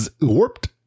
warped